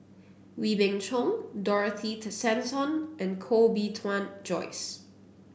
Wee Beng Chong Dorothy Tessensohn and Koh Bee Tuan Joyce